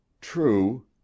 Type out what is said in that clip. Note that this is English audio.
True